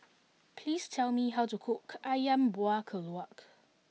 please tell me how to cook Ayam Buah Keluak